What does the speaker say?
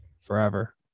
forever